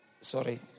Sorry